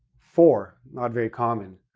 for not very common,